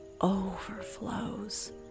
overflows